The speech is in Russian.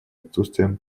отсутствием